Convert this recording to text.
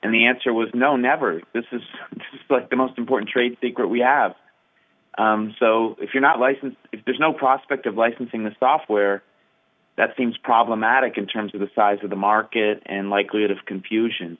and the answer was no never this is the most important trade secret we have so if you're not licensed there's no prospect of licensing the software that seems problematic in terms of the size of the market and likelihood of confusion